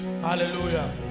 Hallelujah